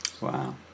Wow